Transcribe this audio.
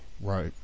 right